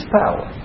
power